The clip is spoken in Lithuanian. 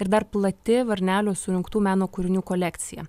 ir dar plati varnelio surinktų meno kūrinių kolekcija